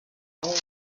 but